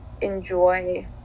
enjoy